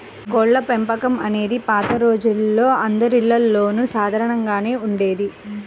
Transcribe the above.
కోళ్ళపెంపకం అనేది పాత రోజుల్లో అందరిల్లల్లోనూ సాధారణంగానే ఉండేది